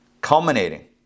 culminating